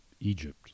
Egypt